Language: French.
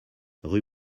rue